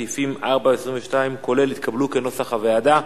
סעיפים 4 22 כולל התקבלו כנוסח הוועדה.